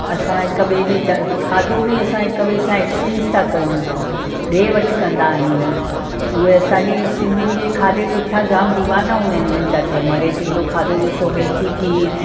असां हिक ॿिए जी ज खाधो बि हिक ॿिए सां एक्स्चेंज था कयूं ॾे वठि कंदा आहियूं उहे असांजी सिंधियुनि जे खाधे जे पुठियां जामु दीवाना हूंदा आहिनि ॿियनि जाति जा मरहिटन जो खाधो ॾिसो मेथी थी